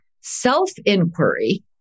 self-inquiry